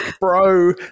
bro